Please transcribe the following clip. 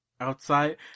Outside